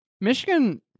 Michigan